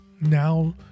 now